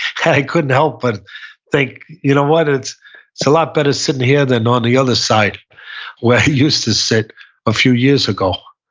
i couldn't help but think, you know what? it's a lot better sitting here than on the other side where i used to sit a few years ago.